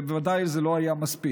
ובוודאי זה לא היה מספיק.